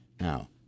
now